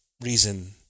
reason